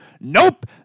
Nope